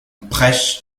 prêche